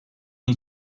iyi